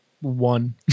one